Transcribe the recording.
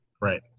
Right